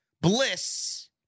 Bliss